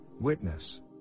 witness